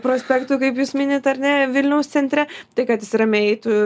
prospektu kaip jūs minit ar ne vilniaus centre tai kad jis ramiai eitų